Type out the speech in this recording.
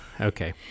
Okay